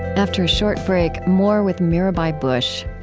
after a short break, more with mirabai bush.